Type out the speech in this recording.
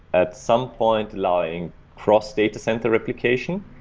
at some point, like cross datacenter application.